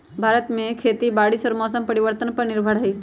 भारत में खेती बारिश और मौसम परिवर्तन पर निर्भर हई